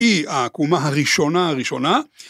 היא העקומה הראשונה הראשונה.